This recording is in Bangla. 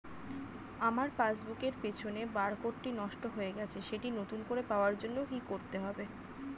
আমার পাসবুক এর পিছনে বারকোডটি নষ্ট হয়ে গেছে সেটি নতুন করে পাওয়ার জন্য কি করতে হবে?